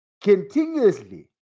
continuously